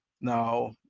Now